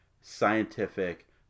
scientific